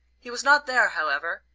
he was not there, however,